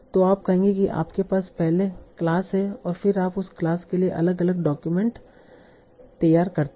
तो आप कहेंगे कि आपके पास पहले क्लास है और फिर आप उस क्लास के लिए अलग अलग डॉक्यूमेंट तैयार करते हैं